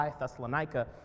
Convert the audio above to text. Thessalonica